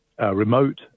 remote